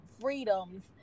freedoms